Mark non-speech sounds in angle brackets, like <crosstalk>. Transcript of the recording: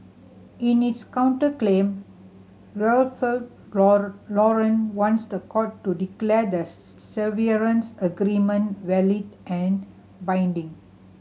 in its counterclaim Ralph <unintelligible> Lauren wants the court to declare the severance agreement valid and binding